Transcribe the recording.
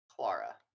Clara